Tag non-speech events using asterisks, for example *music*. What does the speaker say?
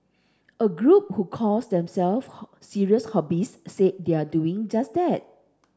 a group who calls them self *unintelligible* serious hobbyists say they are doing just that